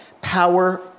power